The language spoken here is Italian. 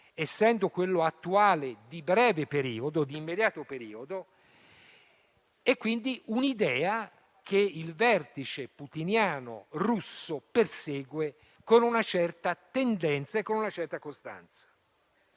essendo quello attuale di breve o di immediato periodo, e quindi un'idea che il vertice putiniano russo persegue con una certa tendenza e una certa costanza: